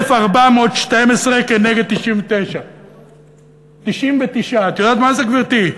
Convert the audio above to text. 1,412 כנגד 99. 99, את יודעת מה זה, גברתי?